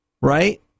right